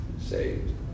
saved